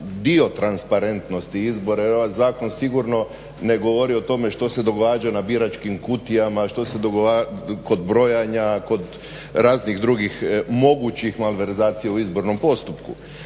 dio transparentnosti izbora jer ovaj zakon sigurno ne govori o tome što se događa na biračkim kutijama, kod brojanja, kod raznih drugih mogućih malverzacija u izbornom postupku.